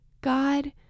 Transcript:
God